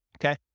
okay